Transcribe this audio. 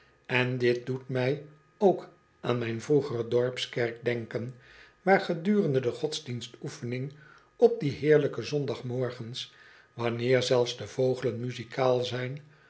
en dit doet mij ook aan mijn vroegere dorpskerk denken waar gedurende de godsdienstoefening op die heerlijke zondagmorgens wanneer zelfs de vogelen muzikaal zijn